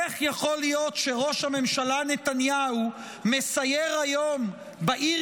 איך יכול להיות שראש הממשלה נתניהו מסייר היום בעיר